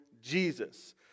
Jesus